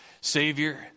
savior